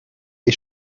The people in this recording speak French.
des